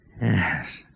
Yes